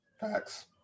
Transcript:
Facts